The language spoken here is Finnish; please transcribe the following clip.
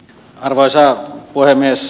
arvoisa puhemies